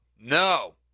No